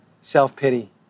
self-pity